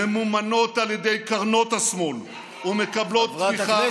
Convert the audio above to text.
ממומנות על ידי קרנות השמאל ומקבלות תמיכה